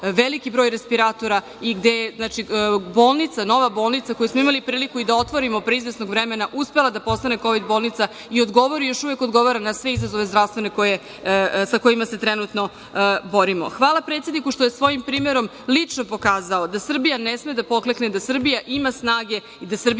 veliki broj respiratora i gde je bolnica, nova bolnica koju smo imali priliku i da otvorimo pre izvesnog vremena, uspela da postane COVID bolnica i odgovori i još uvek odgovara na sve zdravstvene izazove sa kojima se trenutno borimo. Hvala predsedniku što je svojim primerom lično pokazao da Srbija ne sme da poklekne, da Srbija ima snage i da Srbija